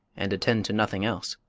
and attend to nothing else.